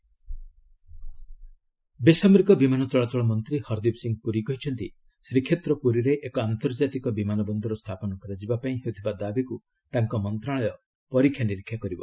international airport ବେସାମରିକ ବିମାନ ଚଳାଚଳ ମନ୍ତ୍ରୀ ହରଦୀପ ସିଂ ପୁରୀ କହିଛନ୍ତି ଶ୍ରୀକ୍ଷେତ୍ର ପୁରୀରେ ଏକ ଆନ୍ତର୍ଜାତିକ ବିମାନ ବନ୍ଦର ସ୍ଥାପନ କରାଯିବା ପାଇଁ ହେଉଥିବା ଦାବିକୁ ତାଙ୍କ ମନ୍ତ୍ରଣାଳୟ ପରୀକ୍ଷା ନିରୀକ୍ଷା କରିବ